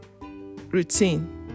routine